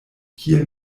kie